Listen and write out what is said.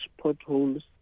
potholes